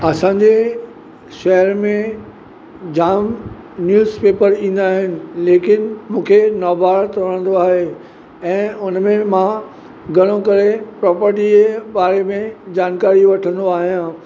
असांजे शहर में जामु न्युज़ पेपर ईंदा आहिनि लेकिन मूंखे नवभारत वणंदो आहे ऐं हुनमें मां घणो करे प्रोपर्टीअ जे बारे में जानकारी वठंदो आहियां